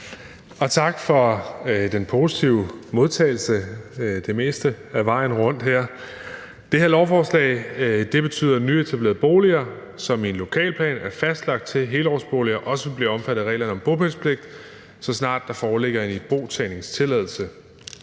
Tak for den positive modtagelse det meste af vejen rundt. Det her lovforslag betyder, at nyetablerede boliger, der i en lokalplan er fastlagt til helårsboliger, også bliver omfattet af reglerne om bopælspligt, så snart der foreligger en ibrugtagningstilladelse.